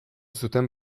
zuten